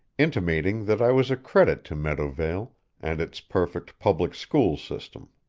intimating that i was a credit to meadowvale and its perfect public school system.